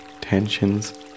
tensions